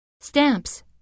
stamps